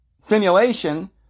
simulation